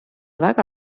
väga